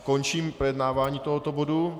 Končím projednávání tohoto bodu.